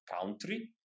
country